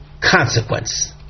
consequence